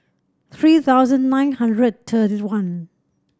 three thousand nine hundred thirty one